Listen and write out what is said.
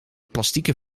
plastieken